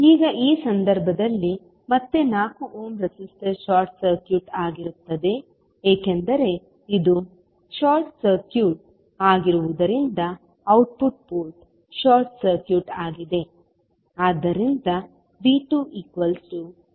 ಈಗ ಈ ಸಂದರ್ಭದಲ್ಲಿ ಮತ್ತೆ 4 ಓಮ್ ರೆಸಿಸ್ಟರ್ ಶಾರ್ಟ್ ಸರ್ಕ್ಯೂಟ್ ಆಗಿರುತ್ತದೆ ಏಕೆಂದರೆ ಇದು ಶಾರ್ಟ್ ಸರ್ಕ್ಯೂಟ್ ಆಗಿರುವುದರಿಂದ ಔಟ್ಪುಟ್ ಪೋರ್ಟ್ ಶಾರ್ಟ್ ಸರ್ಕ್ಯೂಟ್ ಆಗಿದೆ